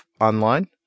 online